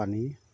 পানী